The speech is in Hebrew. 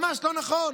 ממש לא נכון.